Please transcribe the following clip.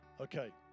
Okay